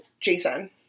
Jason